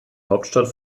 hauptstadt